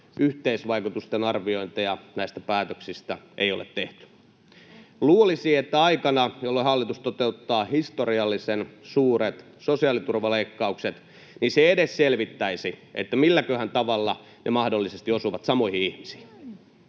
yhteisvaikutusten arviointeja näistä päätöksistä ei todella ole tehty. Luulisi, että aikana, jolloin hallitus toteuttaa historiallisen suuret sosiaaliturvaleikkaukset, se edes selvittäisi, että milläköhän tavalla ne mahdollisesti osuvat samoihin ihmisiin.